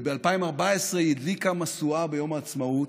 ב-2014 היא הדליקה משואה ביום העצמאות.